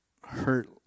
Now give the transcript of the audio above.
hurt